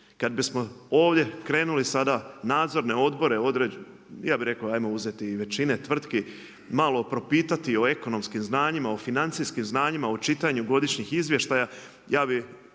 Kad bismo ovdje krenuli sada nadzorne odbore, ja bih rekao hajmo uzeti i većine tvrtki malo propitati o ekonomskim znanjima, o financijskim znanjima, o čitanju godišnjih izvještaja, ja bih